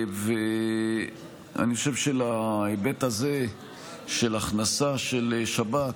אני חושב שלהיבט הזה של הכנסה של שב"כ